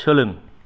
सोलों